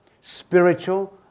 spiritual